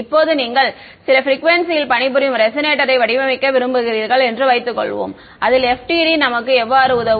இப்போது நீங்கள் சில ப்ரிக்குவேன்சியில் பணிபுரியும் ரெசனேட்டரை வடிவமைக்க விரும்புகிறீர்கள் என்று வைத்துக்கொள்வோம் அதில் FDTD நமக்கு எவ்வாறு உதவும்